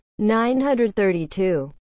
932